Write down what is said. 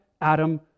Adam